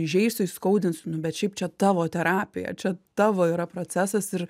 įžeisiu įskaudinsiu nu bet šiaip čia tavo terapija čia tavo yra procesas ir